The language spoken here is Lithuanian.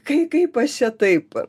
kaip kaip aš čia taip